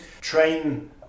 Train